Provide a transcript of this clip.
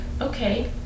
okay